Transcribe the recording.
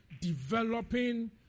Developing